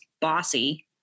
bossy